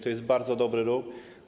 To jest bardzo dobry ruch.